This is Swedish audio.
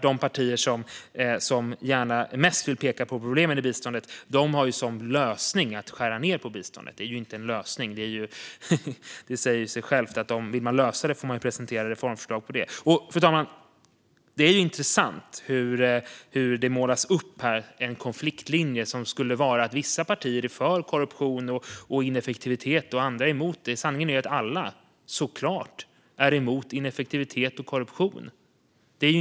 De partier som pekar mest på problemen i biståndet har som lösning att skära ned på biståndet. Men det är ingen lösning. Det säger sig självt att om man vill lösa det får man presentera reformförslag för det. Fru talman! Det är intressant hur det målas upp en konfliktlinje där vissa partier skulle vara för korruption och ineffektivitet medan andra är emot det. Sanningen är att alla såklart är emot ineffektivitet och korruption.